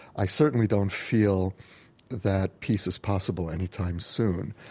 i certainly don't feel that peace is possible any time soon,